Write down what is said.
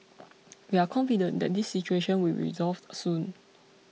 we are confident that this situation will be resolved soon